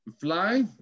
fly